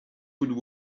would